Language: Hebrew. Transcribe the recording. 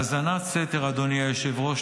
אדוני היושב-ראש,